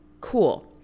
cool